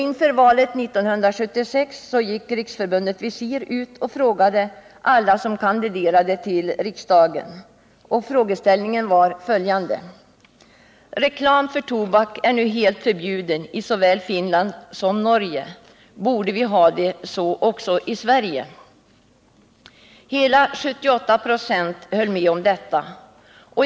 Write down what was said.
Inför valet 1976 gick Riksförbundet Visir ut med följande frågeställning till alla som kandiderade till riksdagen: ”Reklam för tobak är nu helt förbjuden i såväl Finland som Norge, borde vi ha det så också i Sverige?” Hela 78 96 svarade ja.